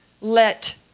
let